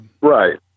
Right